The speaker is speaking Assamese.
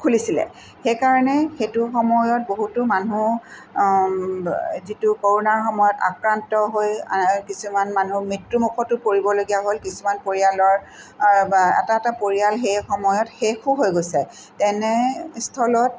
খুলিছিলে সেইকাৰণে সেইটো সময়ত বহুতো মানুহ যিটো কৰোণাৰ সময়ত আক্ৰান্ত হৈ কিছুমান মানুহ মৃত্যুমুখতো পৰিবলগীয়া হ'ল কিছুমান পৰিয়ালৰ এটা এটা পৰিয়াল সেই সময়ত শেষো হৈ গৈছে তেনেস্থলত